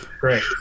Great